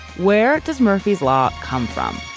where does murphy's law come from?